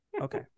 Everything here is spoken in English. Okay